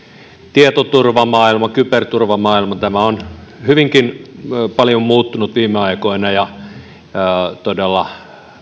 tietoturvamaailma kyberturvamaailma on hyvinkin paljon muuttunut viime aikoina ja on todella